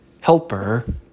helper